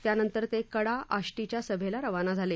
त्यानंतर ते कडा आष्टीच्या सभेला रवाना झाले